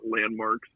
landmarks